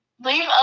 leave